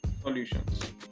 Solutions